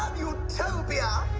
um utopia